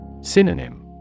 Synonym